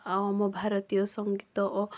ଆଉ ଆମ ଭାରତୀୟ ସଙ୍ଗୀତ ଓ